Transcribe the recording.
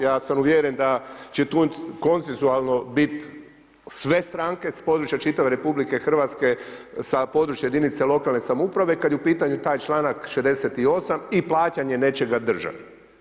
Ja sam uvjeren da će tu konsenzualno bit sve stranke s područja čitave RH sa područja jedinice lokalne samouprave kad je u pitanju taj članak 68. i plaćanja nečega državi.